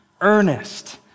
earnest